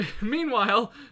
meanwhile